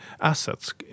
assets